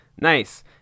Nice